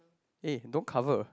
eh don't cover